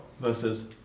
versus